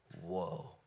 Whoa